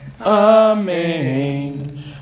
Amen